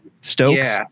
Stokes